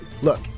Look